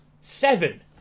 Seven